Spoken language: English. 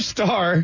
Star